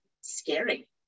scary